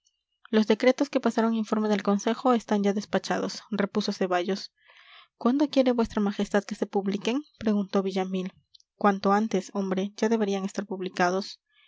los decretos que pasaron a informe del consejo están ya despachados repuso ceballos cuándo quiere vuestra majestad que se publiquen preguntó villamil cuanto antes hombre ya deberían estar publicados